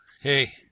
hey